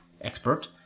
expert